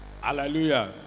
Hallelujah